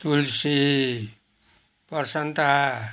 Tulsi Basanta